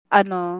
ano